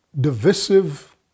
divisive